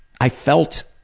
i felt